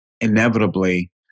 inevitably